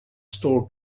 store